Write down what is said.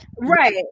right